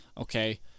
Okay